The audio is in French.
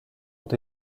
ont